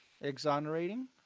exonerating